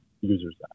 users